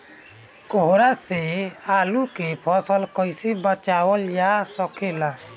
कोहरा से आलू के फसल कईसे बचावल जा सकेला?